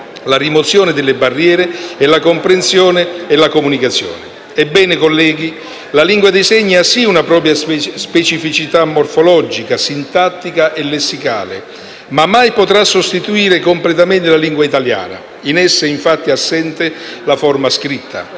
la rimozione delle barriere alla comprensione e alla comunicazione. Ebbene, colleghi, la lingua dei segni ha sì una propria specificità morfologica, sintattica e lessicale, ma mai potrà sostituire completamente la lingua italiana. In essa è infatti assente la forma scritta.